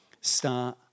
Start